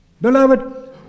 Beloved